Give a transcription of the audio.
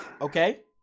okay